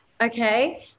okay